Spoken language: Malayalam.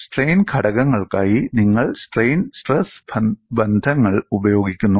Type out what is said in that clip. സ്ട്രെയിൻ ഘടകങ്ങൾക്കായി നിങ്ങൾ സ്ട്രെയിൻ സ്ട്രെസ് ബന്ധങ്ങൾ ഉപയോഗിക്കുന്നു